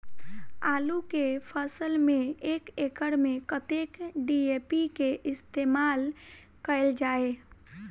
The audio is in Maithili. आलु केँ फसल मे एक एकड़ मे कतेक डी.ए.पी केँ इस्तेमाल कैल जाए?